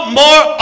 more